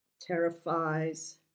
terrifies